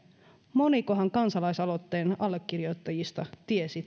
monikohan kansalaisaloitteen allekirjoittajista tiesi